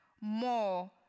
more